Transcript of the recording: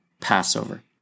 Passover